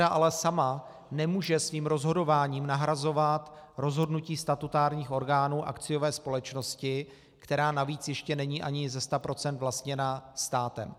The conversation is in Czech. Vláda ale sama nemůže svým rozhodováním nahrazovat rozhodnutí statutárních orgánů akciové společnosti, která navíc ještě není ani ze sta procent vlastněna státem.